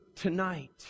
tonight